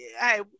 hey